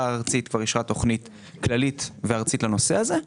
הארצית אישרה תוכנית כללית וארצית לנושא הזה.